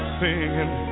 singing